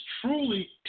truly